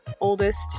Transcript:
oldest